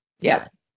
Yes